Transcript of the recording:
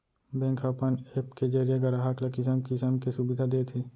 bank ह अपन app के जरिये गराहक ल किसम किसम के सुबिधा देत हे